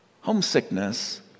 Homesickness